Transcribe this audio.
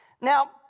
Now